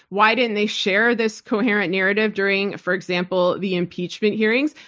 why didn't they share this coherent narrative during, for example, the impeachment hearings?